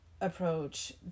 approach